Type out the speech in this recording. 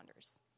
responders